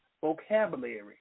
vocabulary